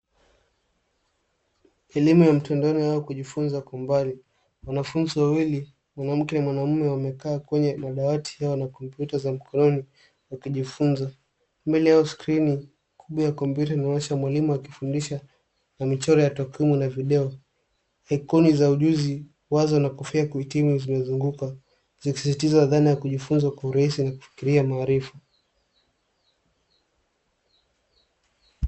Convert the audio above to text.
Elimu ya mtandaoni au kujifunza kwa mbali. Wanafunzi wawili, mwanamke na mwanamume wamekaa kwenye madawati yao na kompyuta za mkononi wakijifunza. Mbele yao skrini kubwa ya compyuta inaonyesha mwalimu akifundisha na michoro ya takwimu na video. Ikoni za ujuzi, wazo na kofia ya kuhitimu zimezunguka zikisisitza dhana ya kujifunza kwa urahisi na kufikiria maarifa.